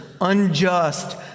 unjust